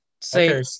Say